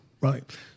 right